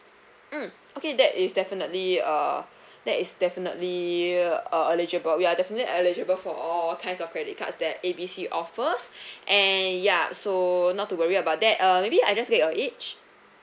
mm okay that is definitely uh that is definitely uh eligible you are definitely eligible for all kinds of credit cards that A B C offers and ya so not to worry about that uh maybe I just get your age